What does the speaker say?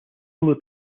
solo